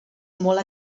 molt